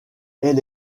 elle